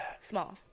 Small